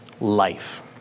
life